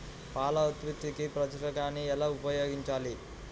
పాల ఉత్పత్తికి పశుగ్రాసాన్ని ఎలా ఉపయోగించాలి?